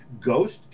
ghost